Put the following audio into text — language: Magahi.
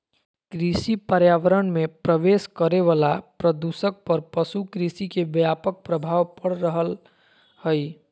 कृषि पर्यावरण मे प्रवेश करे वला प्रदूषक पर पशु कृषि के व्यापक प्रभाव पड़ रहल हई